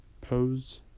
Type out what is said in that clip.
Pose